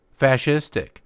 fascistic